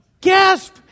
Gasp